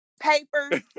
papers